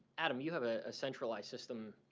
adam, you have ah a centralized system,